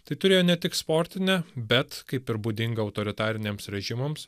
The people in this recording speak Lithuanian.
tai turėjo ne tik sportinę bet kaip ir būdinga autoritariniams režimams